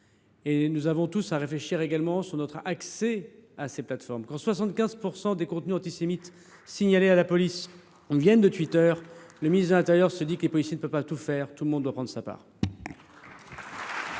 collectivement, réfléchir à notre accès à ces plateformes. Quand 75 % des contenus antisémites signalés à la police viennent de Twitter, le ministre de l’intérieur se dit que les policiers ne peuvent pas tout faire : tout le monde doit prendre sa part.